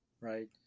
right